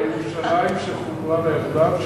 ירושלים שחוברה לה יחדיו,